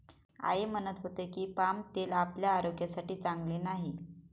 आई म्हणत होती की, पाम तेल आपल्या आरोग्यासाठी चांगले नाही